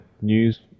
news